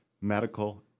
medical